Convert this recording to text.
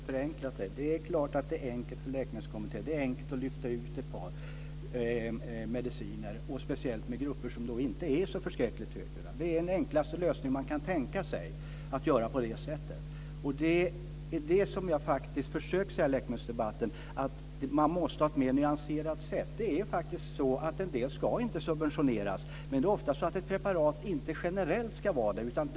Fru talman! Det är klart att det är enkelt för läkemedelskommittéerna att lyfta ut ett par mediciner, och speciellt för grupper som inte är så förskräckligt högljudda. Det är den enklaste lösning man kan tänka sig att göra på det sättet. Det är det som jag faktiskt har försökt säga i läkemedelsdebatten, att man måste ha ett mer nyanserat synsätt. Visst är det så att en del inte ska subventioneras. Det är ofta så att ett preparat inte ska vara subventionerat generellt.